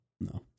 No